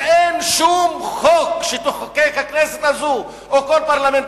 אין שום חוק שתחוקק הכנסת הזו או כל פרלמנט